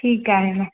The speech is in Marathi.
ठीक आहे ना